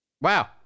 wow